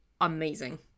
amazing